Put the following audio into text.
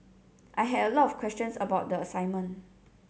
I had a lot of questions about the assignment